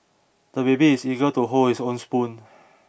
the baby is eager to hold his own spoon